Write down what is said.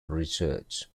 research